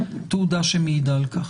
תעודה שמעידה על כך,